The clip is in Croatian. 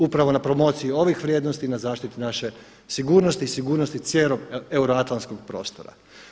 Upravo na promociji ovih vrijednosti i na zaštiti naše sigurnosti i sigurnosti cijelog euroatlantskog prostora.